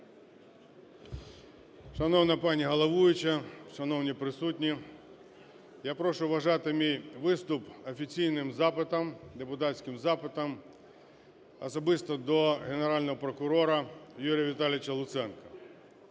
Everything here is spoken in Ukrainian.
Шановна пані головуюча, шановні присутні, я прошу вважати мій виступ офіційним запитом, депутатським запитом особисто до Генерального прокурора Юрія Віталійовича Луценка.